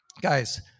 guys